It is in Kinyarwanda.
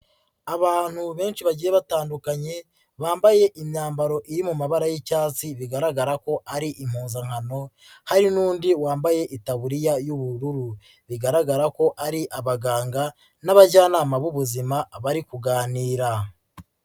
Abantu benshi bagiye batandukanye bambaye imyambaro iri mu mabara y'icyatsi bigaragara ko ari impuzankano hari n'undi wambaye itaburiya y'ubururu, bigaragara ko ari abaganga n'abajyanama b'ubuzima bari kuganira.